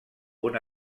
una